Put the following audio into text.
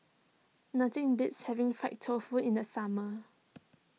Nothing beats having Fried Tofu in the summer